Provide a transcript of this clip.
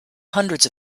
hundreds